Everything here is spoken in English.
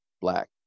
black